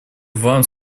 вам